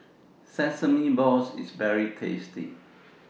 Sesame Balls IS very tasty